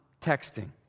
texting